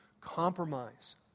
compromise